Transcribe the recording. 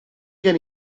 gen